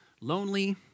lonely